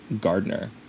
Gardner